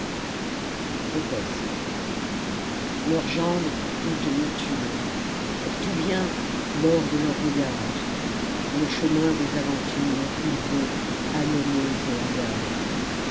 grotesques leurs jambes pour toutes montures pour tous biens l'or de leurs regards par le chemin des aventures ils vont haillonneux et hagards